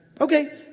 okay